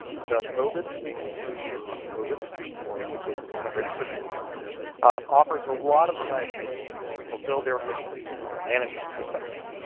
the mobis suite of solutions mobis, mission-oriented business-integrated services offers a lot of variety for an agency to fulfill their missions from a management perspective.